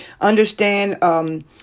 Understand